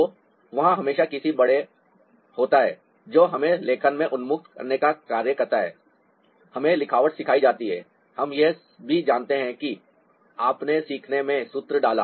तो वहाँ हमेशा किसी बड़े होता है जो हमें लेखन में उन्मुख करने का कार्य करता है हमें लिखावट सिखाई जाती है हम यह भी जानते हैं कि आपने सीखने में सूत्र डाला